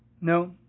No